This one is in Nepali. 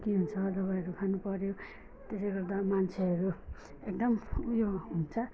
खोकी हुन्छ दबाईहरू खानु पऱ्यो त्यसले गर्दा मान्छेहरू एकदम उयो हुन्छ